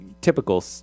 typical